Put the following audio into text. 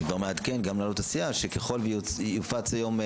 אני מעדכן גם להנהלות הסיעה, שככל שיופץ היום,